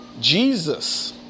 Jesus